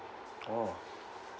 oh